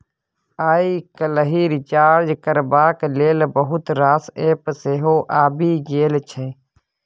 आइ काल्हि रिचार्ज करबाक लेल बहुत रास एप्प सेहो आबि गेल छै